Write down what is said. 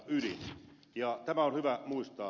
tämä on hyvä muistaa